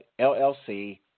LLC